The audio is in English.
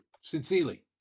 Sincerely